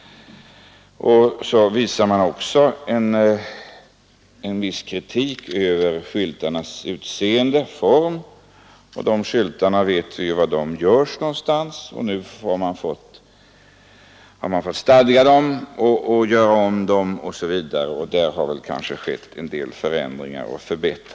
Det riktas vidare viss kritik mot skyltarnas utseende och form. Man har måst stadga dem och göra om dem osv., men det har kanske vidtagits en del förbättringar under senaste tiden.